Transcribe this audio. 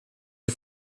die